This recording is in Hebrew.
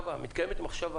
מתקיימת מחשבה,